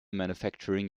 manufacturing